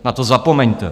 Na to zapomeňte.